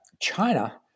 China